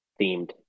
themed